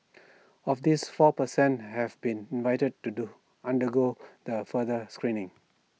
of these four percent have been invited to do undergo the further screening